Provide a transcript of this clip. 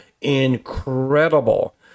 incredible